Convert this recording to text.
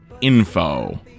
info